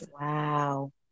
Wow